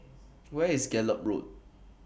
Where IS Gallop Road